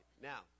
now